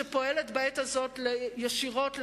שפועלת בעת הזאת ישירות לאזרח,